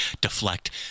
Deflect